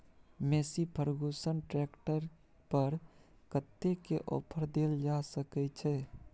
Massey Ferguson tractor पर कतेक के ऑफर देल जा सकै छै?